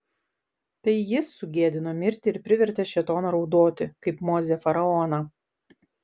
tai jis sugėdino mirtį ir privertė šėtoną raudoti kaip mozė faraoną